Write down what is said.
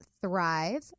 Thrive